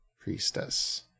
priestess